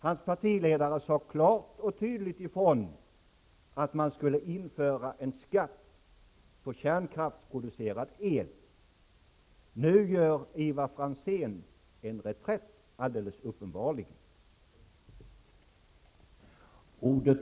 Hans partiledare sade klart och tydligt ifrån att man skulle införa en skatt på kärnkraftsproducerad el. Nu går Ivar Franzén alldeles uppenbarligen till reträtt.